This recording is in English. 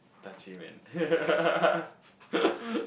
touchy man